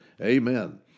Amen